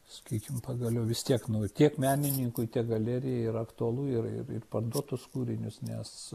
sakykim pagaliau vis tiek nu tiek menininkui tiek galerijai ir aktualu ir ir parduot tuos kūrinius nes